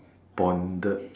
bonded